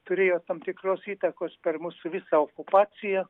turėjo tam tikros įtakos per mūsų visą okupaciją